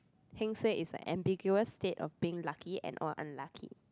heng suay is an ambiguous state of being lucky and or unlucky